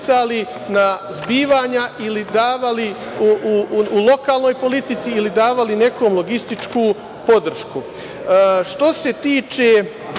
na zbivanja ili davali u lokalnoj politici ili davali nekom logističku podršku. Što